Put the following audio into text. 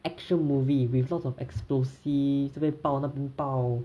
action movie with lots of explosives 这边爆那边爆